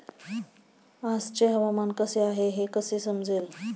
आजचे हवामान कसे आहे हे कसे समजेल?